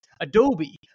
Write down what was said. Adobe